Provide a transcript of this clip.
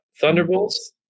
Thunderbolts